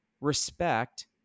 respect